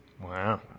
Wow